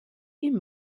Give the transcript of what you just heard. ihm